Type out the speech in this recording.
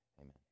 Amen